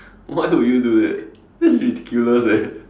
why would you do that that's ridiculous eh